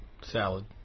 salad